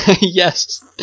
Yes